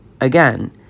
Again